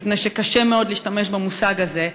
מפני שקשה מאוד להשתמש במושג הזה.